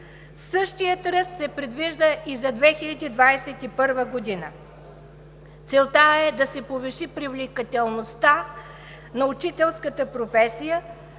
Същият ръст се предвижда и за 2021 г. Целта е да се повиши привлекателността на учителската професия